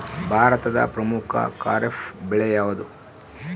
ಭಾರತದ ಪ್ರಮುಖ ಖಾರೇಫ್ ಬೆಳೆ ಯಾವುದು?